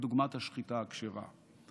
כדוגמת השחיטה הכשרה.